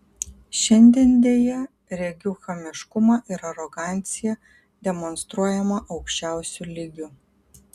šiandien deja regiu chamiškumą ir aroganciją demonstruojamą aukščiausiu lygiu